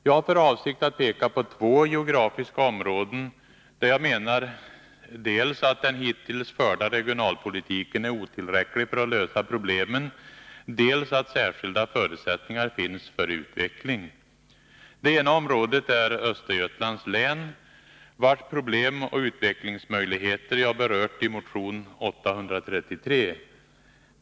Jag har för avsikt att peka på två geografiska områden, där jag menar dels att den hittills förda regionalpolitiken är otillräcklig för att lösa problemen, dels att särskilda förutsättningar finns för utveckling. Det ena området är Östergötlands län, vars problem och utvecklingsmöj ligheter jag berört i motion 833.